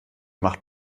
macht